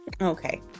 Okay